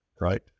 right